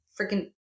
freaking